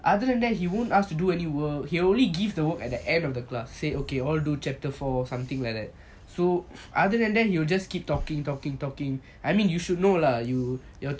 other than that he won't ask to do any work he only give the work at the end of the class say okay all do chapter four or something like that so other than that he will just keep talking talking talking I mean you should know lah you your teachers ya something like that